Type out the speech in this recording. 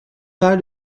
pas